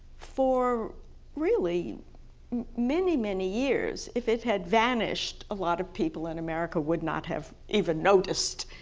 for really many, many years if it had vanished a lot of people in america would not have even noticed.